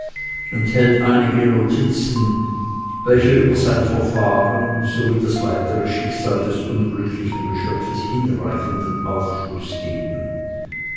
enthält einige notizen welche über sein verfahren sowie das weitere schicksal des unglücklichen geschöpfes hinreichenden aufschluß geben